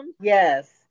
Yes